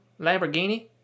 Lamborghini